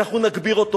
אנחנו נגביר אותו.